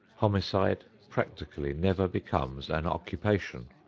homicide practically never becomes an occupation.